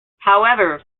however